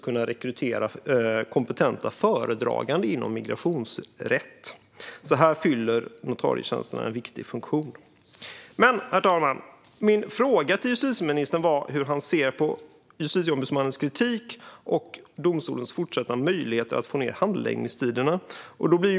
Notarietjänsterna fyller alltså en viktig funktion. Herr talman! Min fråga till justitieministern var hur han ser på Justitieombudsmannens kritik och domstolens fortsatta möjligheter att få ned handläggningstiderna.